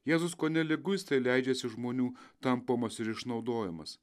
jėzus kone liguistai leidžiasi žmonių tampomas ir išnaudojamas